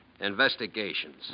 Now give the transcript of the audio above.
Investigations